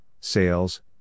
sales